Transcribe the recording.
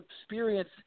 experience